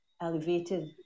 elevated